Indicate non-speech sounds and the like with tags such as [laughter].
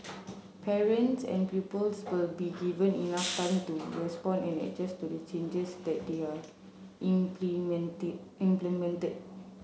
parents and pupils will be given enough time to respond and adjust to the changes that they are [unintelligible] implemented